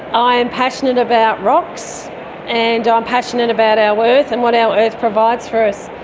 i'm passionate about rocks and i'm passionate about our earth and what our earth provides for us.